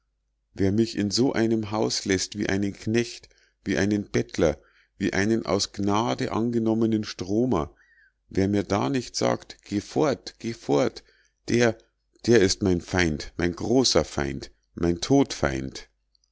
wer mich in so einem hause läßt wie einen knecht wie einen bettler wie einen aus gnade angenommenen stromer wer mir da nicht sagt geh fort geh fort der der ist mein feind mein großer feind mein todfeind